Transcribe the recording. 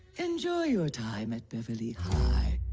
enjoy your time at beverly high